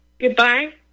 goodbye